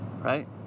Right